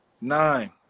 nine